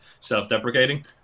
self-deprecating